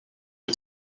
que